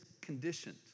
conditioned